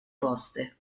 poste